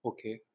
Okay